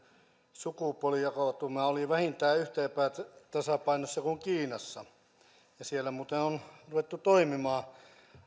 sukupuolijakautuma oli vähintään yhtä epätasapainossa kuin kiinassa siellä muuten on ruvettu toimimaan